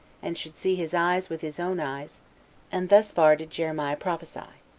and should see his eyes with his own eyes and thus far did jeremiah prophesy.